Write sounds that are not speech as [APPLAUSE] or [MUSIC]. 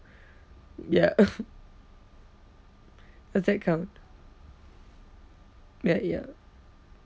ya [LAUGHS] does that count ah ya